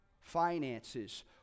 finances